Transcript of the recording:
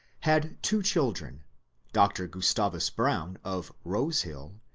had two children dr. gustavus brown of rose hill,